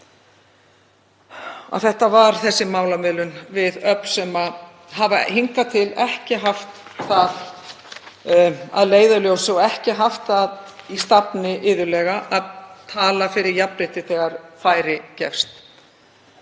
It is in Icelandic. þetta hafi verið málamiðlun við öfl sem hafa hingað til ekki haft það að leiðarljósi og ekki haft það í stafni að tala fyrir jafnrétti þegar færi gefst.